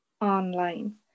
online